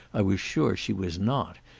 i was sure she was not,